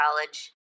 college